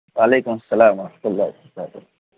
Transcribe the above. وعلیکم السّلام و رحمۃ اللہ و برکاتہ